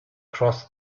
crossed